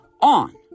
on